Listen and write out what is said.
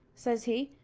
says he,